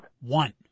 One